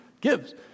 gives